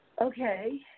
okay